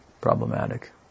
problematic